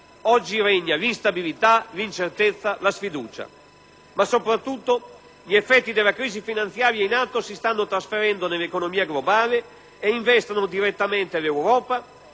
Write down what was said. Oggi regna l'instabilità, l'incertezza, la sfiducia, ma, soprattutto, gli effetti della crisi finanziaria in atto si stanno trasferendo nell'economia globale e investono direttamente l'Europa,